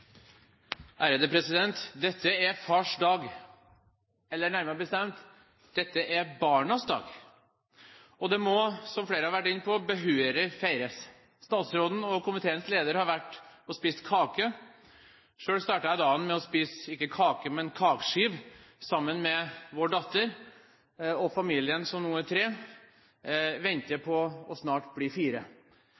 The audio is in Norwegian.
eller, nærmere bestemt, dette er barnas dag. Og det må, som flere har vært inne på, behørig feires. Statsråden og komiteens leder har vært og spist kake. Selv startet jeg dagen med å spise ikke kake, men kakeskive sammen med vår datter. Familien, som nå er tre, venter